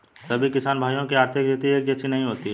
सभी किसान भाइयों की आर्थिक स्थिति एक जैसी नहीं होती है